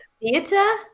theater